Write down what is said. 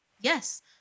yes